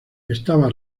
estaba